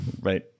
right